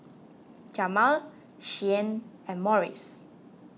Jamal Shianne and Morris